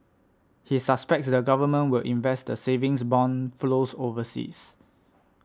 he suspects the government would invest the savings bond flows overseas